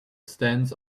stands